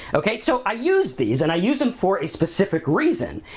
okay? so, i use these and i use them for a specific reason